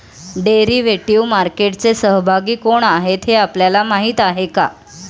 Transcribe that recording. Derivative मार्केटचे सहभागी कोण आहेत हे आपल्याला माहित आहे का?